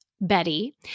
Betty